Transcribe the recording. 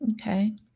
Okay